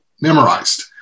memorized